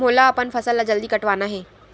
मोला अपन फसल ला जल्दी कटवाना हे?